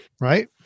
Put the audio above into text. right